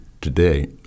today